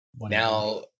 Now